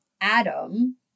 adam